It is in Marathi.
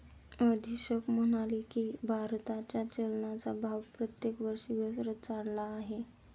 अधीक्षक म्हणाले की, भारताच्या चलनाचा भाव प्रत्येक वर्षी घसरत चालला आहे